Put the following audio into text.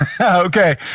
okay